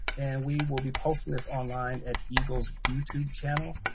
and we will be posting this online at egle's youtube channel,